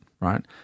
right